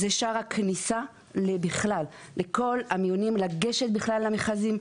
זה שער הכניסה בכלל לכל המיונים לגשת בכלל למכרזים,